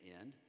end